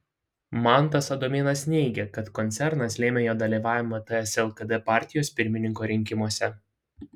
mantas adomėnas neigia kad koncernas lėmė jo dalyvavimą ts lkd partijos pirmininko rinkimuose